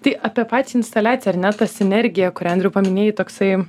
tai apie patį instaliaciją ar ne ta sienergija kurią andriau paminėjai toksai